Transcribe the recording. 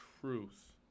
truth